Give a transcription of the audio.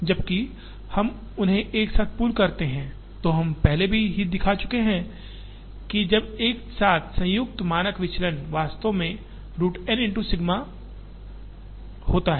जबकि जब हम उन्हें एक साथ पूल करते हैं तो हम पहले ही दिखा चुके हैं कि जब एक साथ संयुक्त मानक विचलन वास्तव में में रूट N इनटू सिग्मा होता है